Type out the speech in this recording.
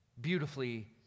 beautifully